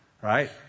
Right